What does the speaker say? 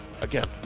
again